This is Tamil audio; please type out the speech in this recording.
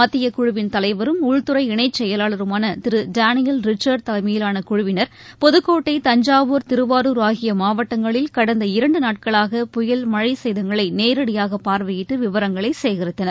மத்தியக் குழவின் தலைவரும் உள்துறை இணைச் செயலாளருமான திரு டேனியல் ரிச்சர்ட் தலைமையிலான குழுவினர் புதுக்கோட்டை தஞ்சாவூர் திருவாரூர் ஆகிய மாவாட்டங்களில் கடந்த இரண்டு நாட்களாக புயல் மழை சேதங்களை நேரடியாக பார்வையிட்டு விவரங்களை சேகரித்தனர்